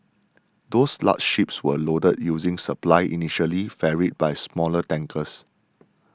those large ships were loaded using supply initially ferried by smaller tankers